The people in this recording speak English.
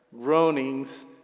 groanings